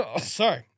Sorry